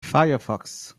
firefox